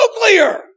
Nuclear